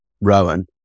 Rowan